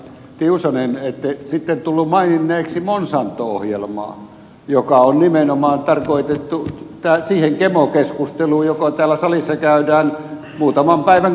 tiusanen ette sitten tullut maininneeksi monsanto ohjelmaa joka on nimenomaan tarkoitettu siihen gmo keskusteluun joka täällä salissa käydään muutaman päivän kuluttua